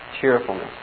cheerfulness